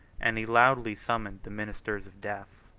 and he loudly summoned the ministers of death.